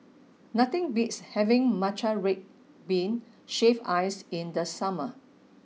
nothing beats having Matcha red bean shaved ice in the summer